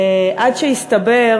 עד שהסתבר